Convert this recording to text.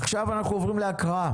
עכשיו אנחנו עוברים להקראה.